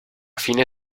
fine